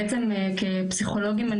בעצם כפסיכולוגים,